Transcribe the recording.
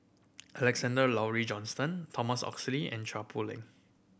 Alexander Laurie Johnston Thomas Oxley and Chua Poh Leng